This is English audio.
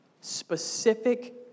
Specific